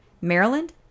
Maryland